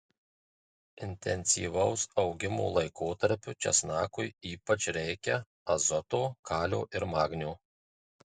intensyvaus augimo laikotarpiu česnakui ypač reikia azoto kalio ir magnio